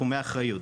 תחומי האחריות: